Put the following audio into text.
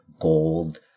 gold